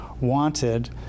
wanted